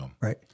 Right